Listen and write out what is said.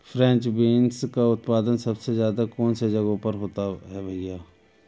French beans का उत्पादन सबसे ज़्यादा कौन से जगहों पर होता है भैया?